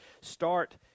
start